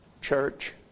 church